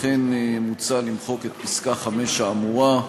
לכן מוצע למחוק את פסקה (5) האמורה,